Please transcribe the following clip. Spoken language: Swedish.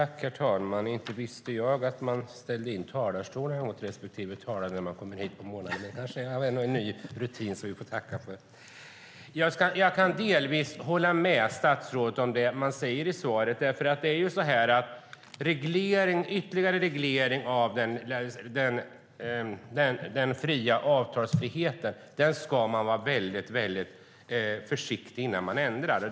Herr talman! Jag kan delvis hålla med om vad statsrådet sade i sitt svar. Ytterligare reglering av eller ändringar i den fria avtalsfriheten ska man vara försiktig med.